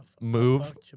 move